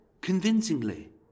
convincingly